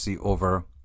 over